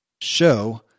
Show